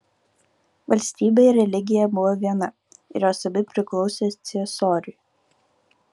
valstybė ir religija buvo viena ir jos abi priklausė ciesoriui